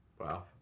Wow